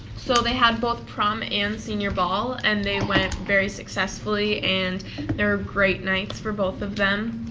so they had both prom and senior ball. and they went very successfully. and they were great nights for both of them.